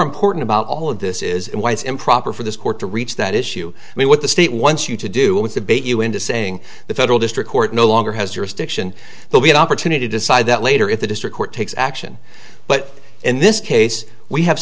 important about all of this is why it's improper for this court to reach that issue i mean what the state wants you to do with the bait you into saying the federal district court no longer has jurisdiction but we have opportunity decide that later if the district court takes action but in this case we have